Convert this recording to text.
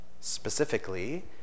specifically